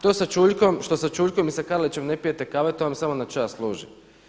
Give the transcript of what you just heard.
To sa Čuljkom, to što sa Čuljkom i sa Karlićem ne pijete kavu to vam samo na čast služi.